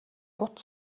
бут